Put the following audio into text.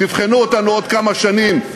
תבחנו אותנו עוד כמה שנים.